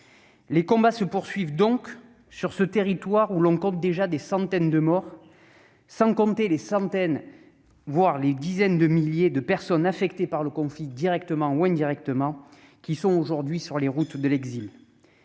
Les combats se poursuivent donc sur ce territoire où l'on compte déjà des centaines de morts et des dizaines, voire des centaines, de milliers de personnes affectées par le conflit, directement ou indirectement, et jetées sur les routes de l'exil.